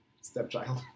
stepchild